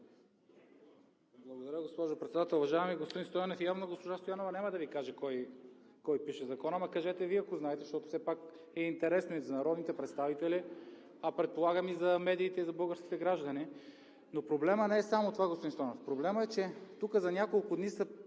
Благодаря, госпожо Председател. Уважаеми господин Стойнев, явно госпожа Стоянова няма да Ви каже кой пише Закона, но кажете и Вие, ако знаете, защото все пак е интересно и за народните представители, а предполагам и за медиите, и за българските граждани. Но проблемът не е само в това, господин Стойнев, проблемът е, че тук за няколко дни се